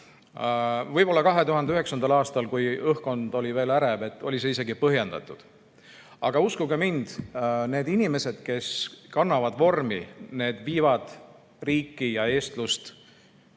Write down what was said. Võib-olla 2009. aastal, kui õhkkond oli veel ärev, oli see isegi põhjendatud. Aga uskuge mind, need inimesed, kes kannavad vormi, viivad riiki ja eestlust